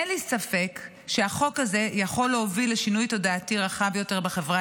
אין לי ספק שהחוק הזה יכול להוביל לשינוי תודעתי רחב יותר בחברה